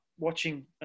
watching